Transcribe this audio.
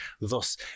Thus